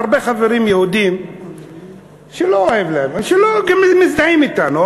הרבה חברים יהודים שלא מזדהים אתנו,